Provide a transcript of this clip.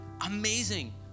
Amazing